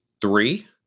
three